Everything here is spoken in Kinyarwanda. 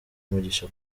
umugisha